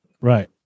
Right